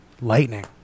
Lightning